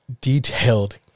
detailed